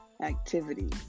activity